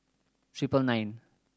triple nine